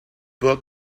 book